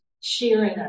sharing